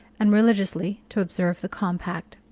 and religiously to observe the compact.